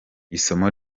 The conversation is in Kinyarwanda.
isomo